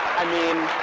i mean